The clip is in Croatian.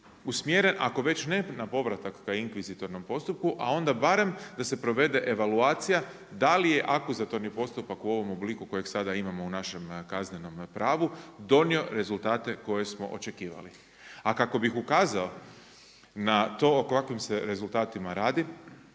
usmjeren, ako već ne na povratak ka inkvizitornom postupku, a onda barem da se provede evaluacija da li je akuzatorni postupak u ovom obliku kojeg sada imamo u našem kaznenom pravu donio rezultate koje smo očekivali. A kako bih ukazao na to o kakvim se rezultatima radi